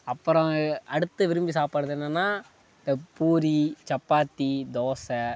அப்புறம் அடுத்து விரும்பி சாப்பிடுறது என்னென்னா இந்த பூரி சப்பாத்தி தோசை